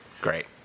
Great